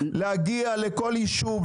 להגיע לכל יישוב,